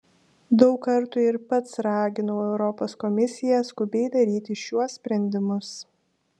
daug kartų ir pats raginau europos komisiją skubiai daryti šiuos sprendimus